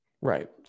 Right